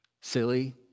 silly